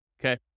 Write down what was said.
Okay